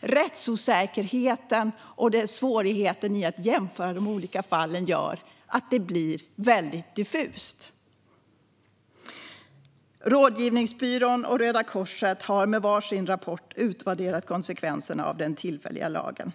Rättsosäkerheten och svårigheten i att jämföra de olika fallen gör att det blir väldigt diffust. Rådgivningsbyrån och Röda Korset har med varsin rapport utvärderat konsekvenserna av den tillfälliga lagen.